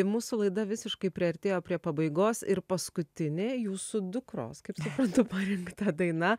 mūsų laida visiškai priartėjo prie pabaigos ir paskutinė jūsų dukros kaip suprantu parinkta daina